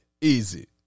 easy